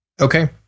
Okay